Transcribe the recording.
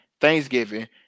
Thanksgiving